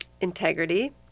integrity